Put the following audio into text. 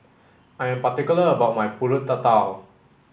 I am particular about my Pulut Tatal